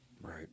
Right